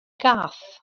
gath